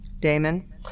Damon